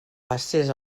passés